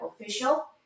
official